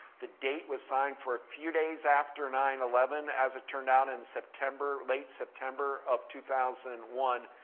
the date was signed for a few days after nine eleven, as it turned out, in september, late september of two thousand and one.